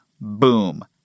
Boom